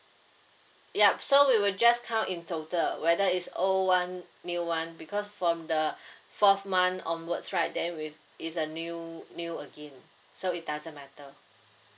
yup so we will just count in total whether it's old one new one because from the fourth month onwards right then with it's a new new again so it doesn't matter